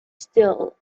still